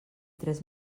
tres